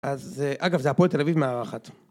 אז אגב, זה הפועל תל אביב מארחת.